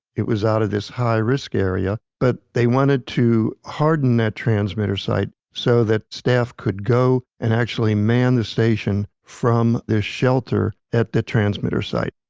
it was was out of this high risk area, but they wanted to harden that transmitter site, so that staff could go and actually man this station from this shelter at that transmitter site